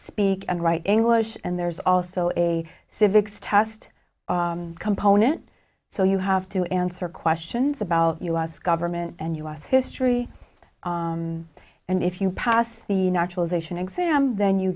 speak and write english and there's also a civics test component so you have to answer questions about u s government and u s history and if you pass the naturalization exam then you